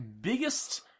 biggest